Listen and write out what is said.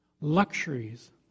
Luxuries